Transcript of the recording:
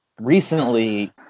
recently